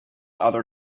other